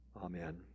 Amen